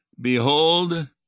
Behold